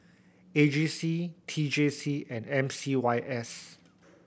A G C T J C and M C Y S